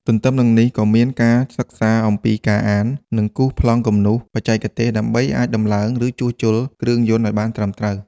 ទន្ទឹមនឹងនេះ ក៏មានការសិក្សាអំពីការអាន និងគូសប្លង់គំនូសបច្ចេកទេសដើម្បីអាចដំឡើង ឬជួសជុលគ្រឿងយន្តឱ្យបានត្រឹមត្រូវ។